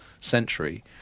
century